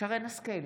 שרן מרים השכל,